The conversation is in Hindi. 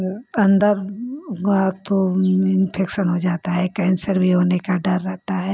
अंदर गा तो इन्फेकशन हो जाता है कैंसर भी होने का दर रहता है